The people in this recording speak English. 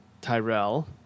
Tyrell